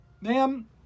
Ma'am